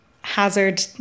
hazard